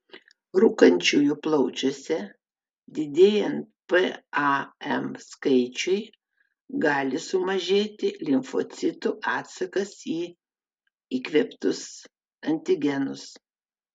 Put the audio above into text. rūkančiųjų plaučiuose didėjant pam skaičiui gali sumažėti limfocitų atsakas į įkvėptus antigenus